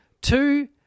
Two